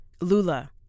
Lula